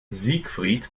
siegfried